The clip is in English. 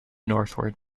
northward